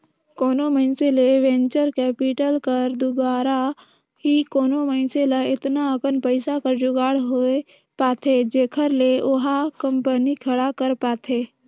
कोनो मइनसे ल वेंचर कैपिटल कर दुवारा ही कोनो मइनसे ल एतना अकन पइसा कर जुगाड़ होए पाथे जेखर ले ओहा कंपनी खड़ा कर पाथे